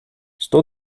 estou